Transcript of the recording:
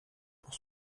pour